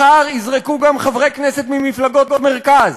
מחר יזרקו גם חברי כנסת ממפלגות מרכז,